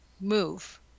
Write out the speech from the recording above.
move